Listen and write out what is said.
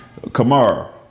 Kamara